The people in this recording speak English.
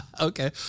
Okay